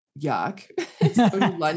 yuck